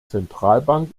zentralbank